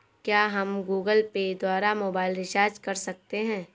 क्या हम Google Pay द्वारा मोबाइल रिचार्ज कर सकते हैं?